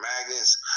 magnets